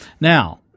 Now